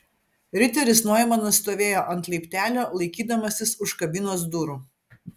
riteris noimanas stovėjo ant laiptelio laikydamasis už kabinos durų